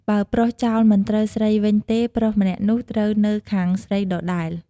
បើប្រុសចោល មិនត្រូវស្រីវិញទេ ប្រុសម្នាក់នោះត្រូវនៅខាងស្រីដដែល។